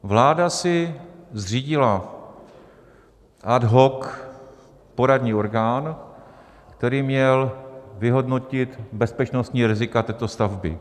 Vláda si zřídila ad hoc poradní orgán, který měl vyhodnotit bezpečnostní rizika této stavby.